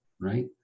right